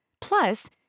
Plus